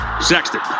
Sexton